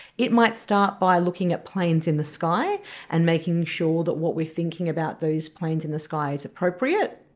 it might start by looking at planes in the sky and making sure that what we are thinking about those planes in the sky is appropriate.